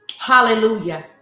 Hallelujah